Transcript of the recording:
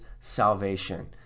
salvation